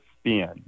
spin